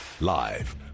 live